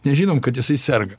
nežinom kad jisai serga